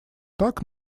так